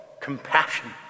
compassion